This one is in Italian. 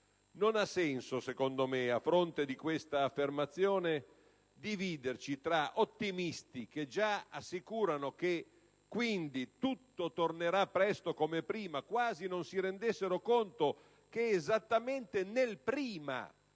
Non ha senso, a mio avviso, a fronte di questa affermazione, dividerci tra ottimisti che già assicurano che tutto tornerà presto come prima, quasi non si rendessero conto che esattamente nel «prima» si